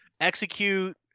execute